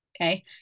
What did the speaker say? Okay